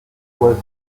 loisir